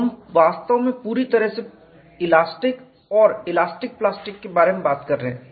तो हम वास्तव में पूरी तरह से इलास्टिक और इलास्टिक प्लास्टिक के बारे में बात कर रहे हैं